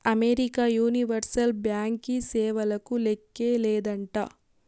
America universal బ్యాంకీ సేవలకు లేక్కే లేదంట